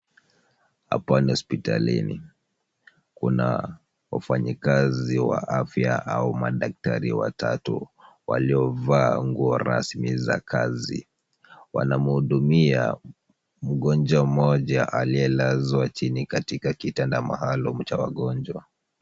Hapa ni hospitalini. Kuna wafanyikazi wa afya au madaktari watatu, waliovaa nguo rasmi za kazi. Wanamuhudumia mgonjwa mmoja aliyelazwa chini katika kitanda maalum cha wagonjwa.